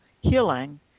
healing